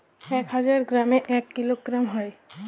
এক হাজার গ্রামে এক কিলোগ্রাম হয়